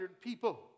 people